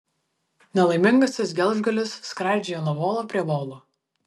nelaimingasis gelžgalis skraidžioja nuo volo prie volo